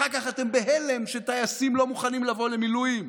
אחר כך אתם בהלם שטייסים לא מוכנים לבוא למילואים,